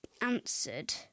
answered